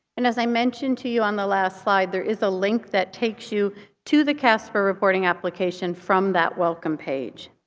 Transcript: and as i mentioned to you on the last slide, there is a link that takes you to the casper reporting application from that welcome page.